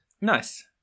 Nice